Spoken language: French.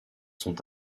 sont